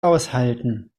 aushalten